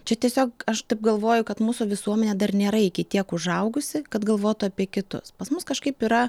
čia tiesiog aš taip galvoju kad mūsų visuomenė dar nėra iki tiek užaugusi kad galvotų apie kitus pas mus kažkaip yra